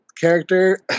character